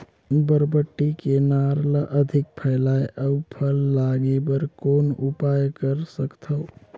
बरबट्टी के नार ल अधिक फैलाय अउ फल लागे बर कौन उपाय कर सकथव?